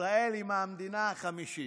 ישראל היא המדינה החמישית.